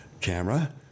camera